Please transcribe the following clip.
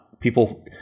People